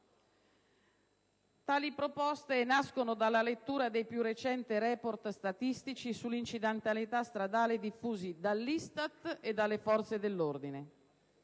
Tali proposte nascono dalla lettura dei più recenti *report* statistici sull'incidentalità stradale diffusi dall'ISTAT e dalle forze dell'ordine,